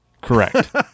correct